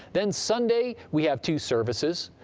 then sunday, we have two services.